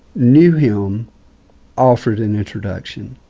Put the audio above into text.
knew him offered an introduction.